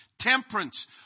temperance